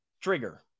Trigger